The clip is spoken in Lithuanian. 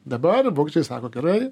dabar vokiečiai sako gerai